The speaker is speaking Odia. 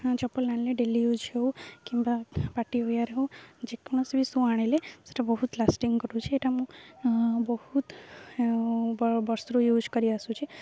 ଚପଲ ଆଣିଲେ ଡେଲି ୟୁଜ୍ ହେଉ କିମ୍ବା ପାାର୍ଟି ୱେର୍ ହେଉ ଯେକୌଣସି ବି ସୁ ଆଣିଲେ ସେଇଟା ବହୁତ ଲାଷ୍ଟିଂ କରୁଛି ଏଇଟା ମୁଁ ବହୁତ ବର୍ଷରୁ ୟୁଜ୍ କରି ଆସୁଛି